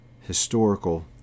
historical